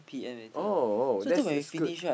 oh oh that's that's good